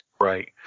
Right